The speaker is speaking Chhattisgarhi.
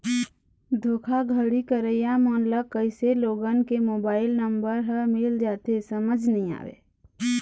धोखाघड़ी करइया मन ल कइसे लोगन के मोबाईल नंबर ह मिल जाथे समझ नइ आवय